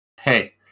Hey